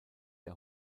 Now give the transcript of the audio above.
der